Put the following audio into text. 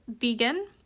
vegan